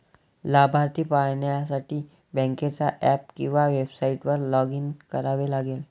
लाभार्थी पाहण्यासाठी बँकेच्या ऍप किंवा वेबसाइटवर लॉग इन करावे लागेल